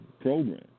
program